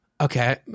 okay –